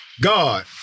God